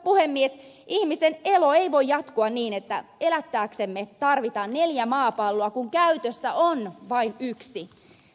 ihmisen elo ei voi jatkua niin että elääksemme tarvitaan neljä maapalloa kun käytössä on vain yksi